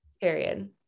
period